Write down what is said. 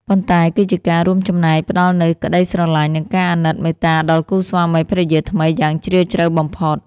ប៉ុន្តែគឺជាការរួមចំណែកផ្តល់នូវក្តីស្រឡាញ់ និងការអាណិតមេត្តាដល់គូស្វាមីភរិយាថ្មីយ៉ាងជ្រាលជ្រៅបំផុត។